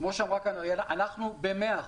כמו שאמרה כאן ---, אנחנו ב-100%.